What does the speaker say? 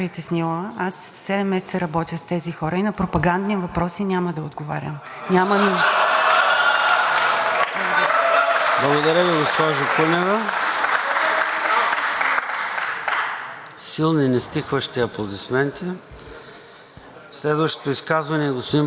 Благодаря Ви, госпожо Кунева. Силни, нестихващи аплодисменти. Следващото изказване е на господин Бачийски. Готов ли сте с редакционната поправка, която искахте да предложите на колегите народни представители?